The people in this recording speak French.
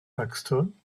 paxton